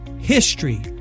HISTORY